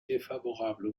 défavorable